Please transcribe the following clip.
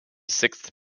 sixth